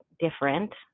different